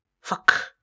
Fuck